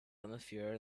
atmosphere